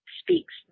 speaks